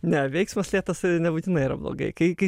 ne veiksmas lėtas nebūtinai yra blogai kai kai